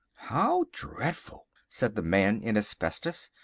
how dreadful! said the man in asbestos.